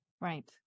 Right